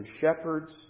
shepherds